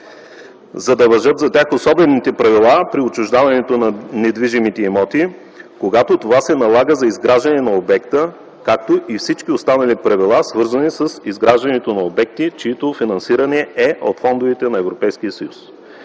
за да важат за тях особените правила при отчуждаването на недвижими имоти, когато това се налага за изграждането на обекта, както и всички останали правила, свързани с изграждането на обекти, чието финансиране е от фондовете на Европейския съюз.